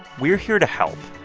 we're here to help.